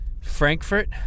Frankfurt